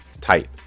type